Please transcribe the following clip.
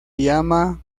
llama